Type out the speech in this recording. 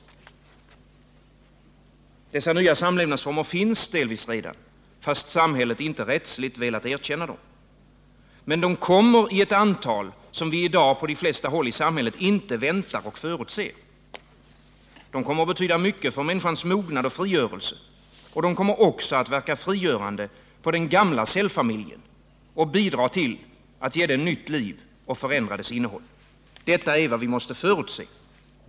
Dessa nya samlevnadsformer finns delvis redan, fast samhället inte rättsligt velat erkänna dem. Men de kommer i ett antal som vi i dag på de flesta håll i samhället inte väntar och förutser. De kommer att betyda mycket för människans mognad och frigörelse, de kommer också att verka frigörande på den gamla cellfamiljen och bidra till att ge den nytt liv och förändra dess innehåll. Detta måste vi förutse.